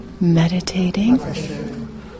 meditating